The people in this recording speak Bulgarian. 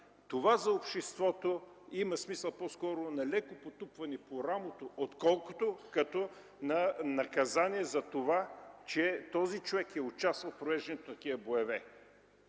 това за обществото има смисъл по-скоро на леко потупване по рамото, отколкото като наказание за това, че този човек е участвал в провеждането на такива боеве.